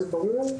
זה ברור.